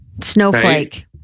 Snowflake